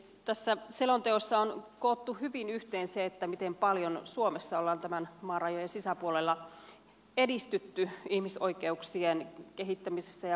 tässä selonteossa on koottu hyvin yhteen se miten paljon suomessa ollaan tämän maan rajojen sisäpuolella edistytty ihmisoikeuksien kehittämisessä ja parantamisessa